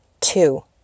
Two